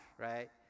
right